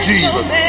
Jesus